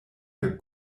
der